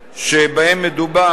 שבהם מדובר